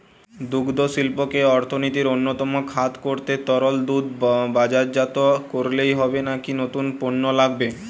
দুগ্ধশিল্পকে অর্থনীতির অন্যতম খাত করতে তরল দুধ বাজারজাত করলেই হবে নাকি নতুন পণ্য লাগবে?